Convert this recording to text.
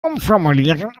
umformulieren